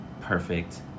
perfect